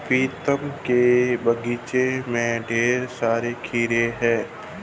प्रीतम के बगीचे में ढेर सारे खीरे हैं